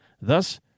Thus